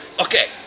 Okay